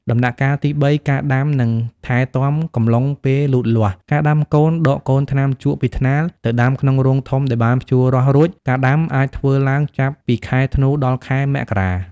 ដំណាក់កាលទី ៣ ការដាំ និងថែទាំកំឡុងពេលលូតលាស់ ការដាំកូន ដកកូនថ្នាំជក់ពីថ្នាលទៅដាំក្នុងរងធំដែលបានភ្ជួររាស់រួច ការដាំអាចធ្វើឡើងចាប់ពីខែធ្នូដល់ខែមករា។